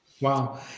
Wow